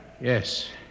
Yes